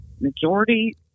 majority